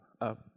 up